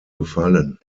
gefallen